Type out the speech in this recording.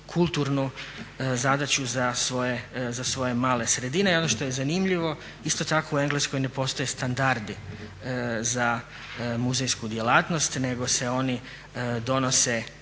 kulturnu zadaću za svoje male sredine. I ono što je zanimljivo, isto tako u Engleskoj ne postoje standardi za muzejsku djelatnost nego se oni donose